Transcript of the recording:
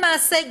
למעשה,